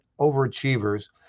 overachievers